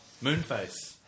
Moonface